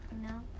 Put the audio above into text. No